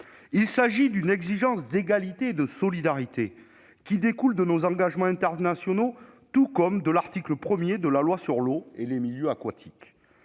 Il s'agit d'une exigence d'égalité et de solidarité qui découle de nos engagements internationaux tout comme de l'article 1 de la loi sur l'eau et les milieux aquatiques.